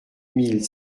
mille